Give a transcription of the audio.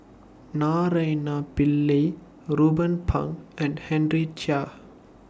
Naraina Pillai Ruben Pang and Henry Chia